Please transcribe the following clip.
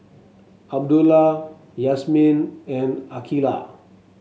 Abdullah Yasmin and Aqilah